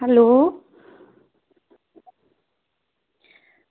hello